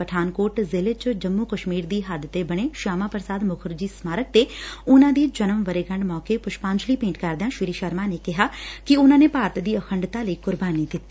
ਪਠਾਨਕੋਟ ਜ਼ਿਲੇ ਚ ਜੰਮੂ ਕਸ਼ਮੀਰ ਦੀ ਹੱਦ ਤੇ ਬਣੇ ਸ਼ਿਆਮਾ ਪ੍ਰਸਾਦ ਮੁਖਰਜੀ ਸਮਾਰਕ ਤੇ ਉਨੁਾ ਦੀ ਜਨਮ ਵਰ੍ਰੇਗੰਢ ਮੌਕੇ ਪੁਸ਼ਪਾਜਲੀ ਭੇਟ ਕਰਦਿਆ ਸ੍ਰੀ ਸ਼ਰਮਾ ਨੇ ਕਿਹਾ ਕਿ ਉਨੂਾ ਨੇ ਭਾਰਤ ਦੀ ਅਖੰਡਤਾ ਲਈ ਕੁਰਬਾਨੀ ਦਿੱਤੀ